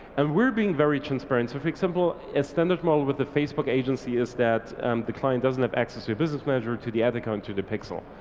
and we're being very transparent. so if example a standard model with the facebook agency is that the client doesn't have access to a business manager to the ad account to the pixel,